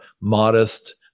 modest